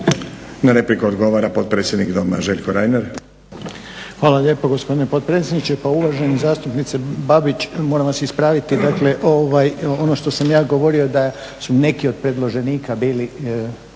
Na repliku odgovara potpredsjednik doma Željko Reiner. **Reiner, Željko (HDZ)** Hvala lijepa gospodine potpredsjedniče. Pa uvaženi zastupniče Babić, moram vas ispraviti dakle ovaj ono što sam ja govorio da su neki od predloženika bili